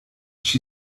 she